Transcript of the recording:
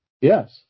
Yes